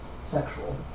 sexual